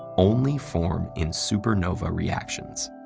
only form in supernova reactions.